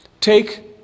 take